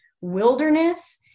wilderness